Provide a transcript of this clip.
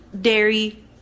dairy